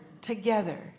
together